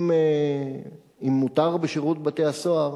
אם מותר בשירות בתי-הסוהר,